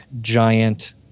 giant